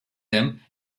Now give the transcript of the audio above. them